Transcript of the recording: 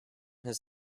his